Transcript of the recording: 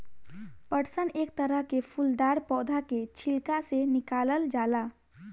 पटसन एक तरह के फूलदार पौधा के छिलका से निकालल जाला